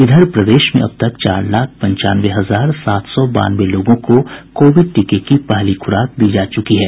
इधर प्रदेश में अब तक चार लाख पंचानवे हजार सात सौ बानवे लोगों को कोविड टीके की पहली खुराक दी जा चुकी है